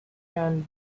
can